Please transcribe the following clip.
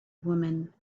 woman